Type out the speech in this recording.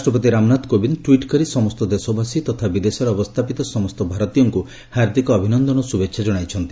ରାଷ୍ଟ୍ରପତି ରାମ ନାଥ କୋବିନ୍ଦ ଟ୍ୱିଟ କରି ସମସ୍ତ ଦେଶବାସୀ ତଥା ବିଦେଶରେ ଅବସ୍ଥାପିତ ସମସ୍ତ ଭାରତୀୟଙ୍କୁ ହାର୍ଦ୍ଦିକ ଅଭିନନ୍ଦନ ଏବଂ ଶୁଭେଚ୍ଛା ଜଣାଇଛି